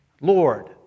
Lord